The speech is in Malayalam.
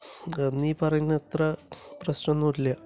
അന്ന് ഈ പറയുന്നത്ര പ്രശ്നമൊന്നുമില്ല